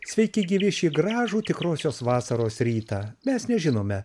sveiki gyvi šį gražų tikrosios vasaros rytą mes nežinome